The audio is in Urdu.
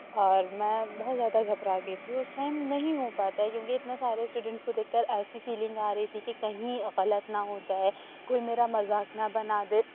اور میں بہت زیادہ گھبرا گئی تھی اُس ٹائم نہیں ہو پاتا کیوںکہ اتنے سارے اسٹوڈنٹس کو دیکھ کر ایسی فیلنگ آ رہی تھی کہ کہیں غلط نہ ہو جائے کوئی میرا مذاق نہ بنا دے